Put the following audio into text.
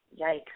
Yikes